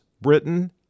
Britain